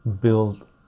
build